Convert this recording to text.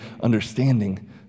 understanding